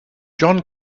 john